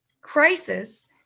crisis